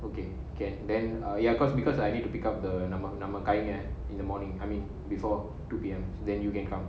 okay can then uh ya because because I need to pick up the mach number guy in the morning army before two pm then you can come